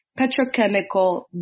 petrochemical